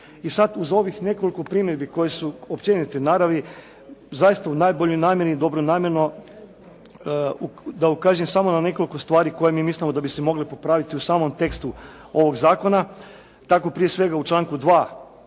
I sad uz ovih nekoliko primjedbi koje su općenite naravi zaista u najboljoj namjeri, dobronamjerno da ukažem samo na nekoliko stvari koje mi mislimo da bi se mogle popraviti u samom tekstu ovog zakona. Tako prije svega u članku 2.